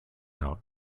out